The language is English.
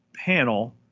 panel